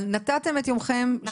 אבל נתתם את יומכם?